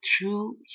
true